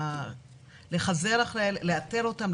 לאתר אותם,